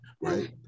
right